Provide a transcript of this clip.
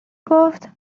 گفت